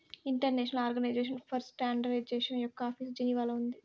international organization for standardization యొక్క office జెనీవాలో ఉంది